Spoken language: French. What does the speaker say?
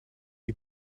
lui